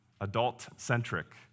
adult-centric